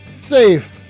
safe